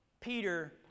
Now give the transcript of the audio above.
Peter